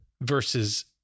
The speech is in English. versus